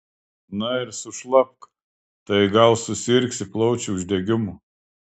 na ir sušlapk tai gal susirgsi plaučių uždegimu